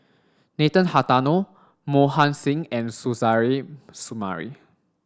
Nathan Hartono Mohan Singh and Suzairhe Sumari